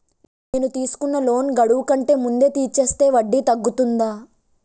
నేను తీసుకున్న లోన్ గడువు కంటే ముందే తీర్చేస్తే వడ్డీ తగ్గుతుందా?